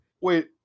Wait